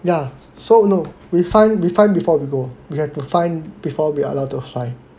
ya so no we find we find before we go we have to find before we are allowed to fly